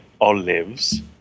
olives